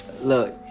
Look